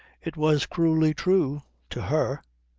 it was cruelly true to her.